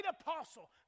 apostle